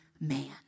man